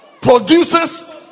produces